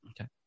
Okay